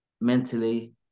mentally